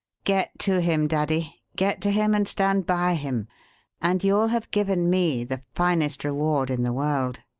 get to him, daddy get to him and stand by him and you'll have given me the finest reward in the world.